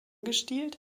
gestielt